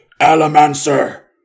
Alamancer